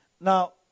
now